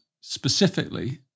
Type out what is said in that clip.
specifically